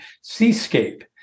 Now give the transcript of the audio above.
seascape